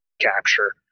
capture